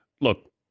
Look